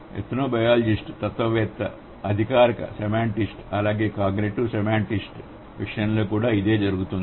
ethnobiologist తత్వవేత్త అధికారిక semanticist అలాగే కాగ్నిటివ్ సెమాంటిసిస్ట్ విషయంలో కూడా ఇదే జరుగుతుంది